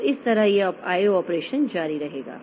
तो इस तरह यह I O ऑपरेशन जारी रहेगा